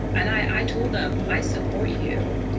and i told them, i support you.